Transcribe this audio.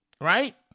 right